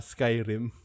Skyrim